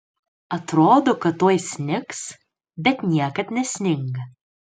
atrodo kad tuoj snigs bet niekad nesninga